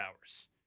hours